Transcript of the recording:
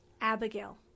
Abigail